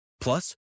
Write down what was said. Plus